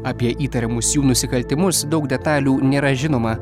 apie įtariamus jų nusikaltimus daug detalių nėra žinoma